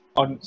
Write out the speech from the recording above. on